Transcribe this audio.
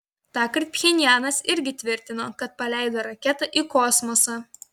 tąkart pchenjanas irgi tvirtino kad paleido raketą į kosmosą